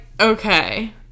okay